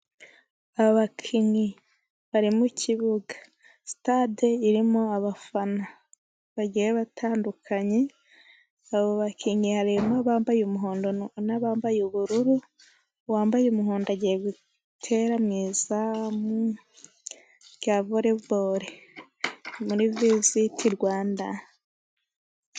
Abakinnyi bari mu kibuga. Sitade irimo abafana bagiye batandukanye, abo bakinnyi harimo abambaye umuhondo na bambaye ubururu. Abambaye umuhondo bagiye gutera mu izamu rya voreboro muri VISIT RWANDA.